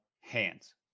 hands